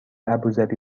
ابوذبی